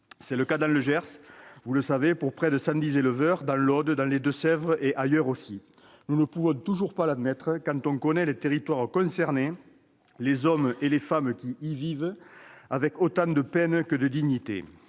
C'est le cas dans le Gers, pour près de 110 éleveurs, dans l'Aude, dans les Deux-Sèvres, ailleurs aussi. Nous ne pouvons toujours pas l'admettre, nous qui connaissons les territoires concernés, les hommes et les femmes qui y vivent avec autant de peine que de dignité